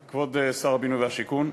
כבוד שר הבינוי והשיכון,